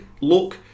look